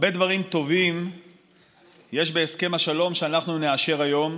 הרבה דברים טובים יש בהסכם השלום שאנחנו נאשר היום,